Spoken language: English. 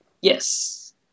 Yes